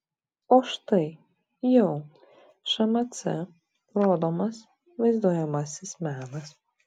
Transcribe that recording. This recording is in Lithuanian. o štai jau šmc rodomas vaizduojamasis menas